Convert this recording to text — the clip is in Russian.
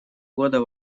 года